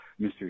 Mr